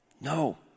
No